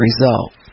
result